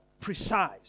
precise